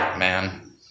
man